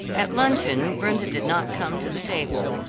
at luncheon brenda did not come to the table,